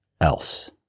else